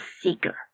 seeker